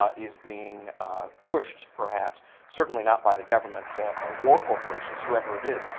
um is being pushed perhaps. certainly not by the government ah or corporations, whoever it is.